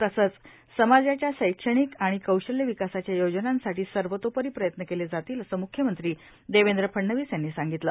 तसेच समाजाच्या शैक्षणिक आणि कौशल्य विकासाच्या योजनांसाठी सर्वतोपरी प्रयत्न केले जातीलए असे मुख्यमंत्री देवेंद्र फ णवीस यांनी सांगितले